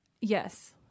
yes